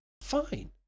fine